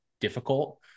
difficult